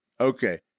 Okay